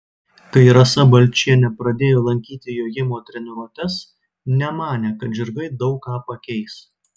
kai rasa balčienė pradėjo lankyti jojimo treniruotes nemanė kad žirgai daug ką pakeis